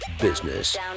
business